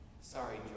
sorry